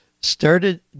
started